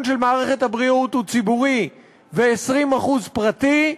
של מערכת הבריאות הוא ציבורי ו-20% פרטי,